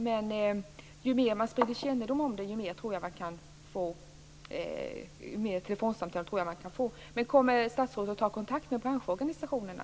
Men ju mer man sprider kännedom om problemet desto fler telefonsamtal tror jag att man kan få. Kommer statsrådet att ta kontakt med branschorganisationerna?